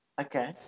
Okay